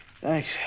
Thanks